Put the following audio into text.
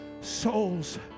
souls